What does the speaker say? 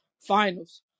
Finals